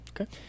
okay